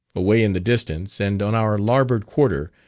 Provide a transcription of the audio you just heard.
away in the distance, and on our larboard quarter,